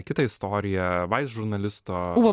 kitą istoriją vais žurnalisto